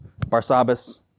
Barsabbas